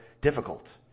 difficult